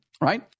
right